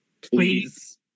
Please